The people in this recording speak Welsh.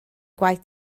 gwaith